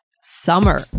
summer